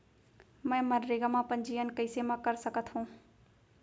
मैं मनरेगा म पंजीयन कैसे म कर सकत हो?